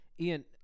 Ian